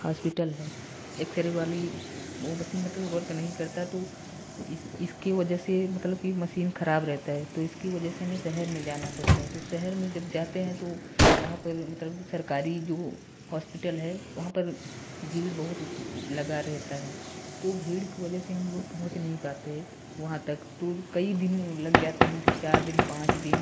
hospital है X ray वाली वह मसीन मतलब वर्क नहीं करता तो इसकी वजह से मतलब कि मसीन खराब रहेता है तो इसकी वजह से हमें शहर में जाना पड़ता है तो शहर में जब जाते हैं तो वहाँ पर मतलब कि सरकारी जो हॉस्पिटल है वहाँ पर भीड़ बहुत लगा रहता है तो भीड़ की वजह से हम लोग पहुँच नहीं पाते वहाँ तक तो कई दिन लग जाते हैं तीन चार दिन पाँच दिन